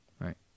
Right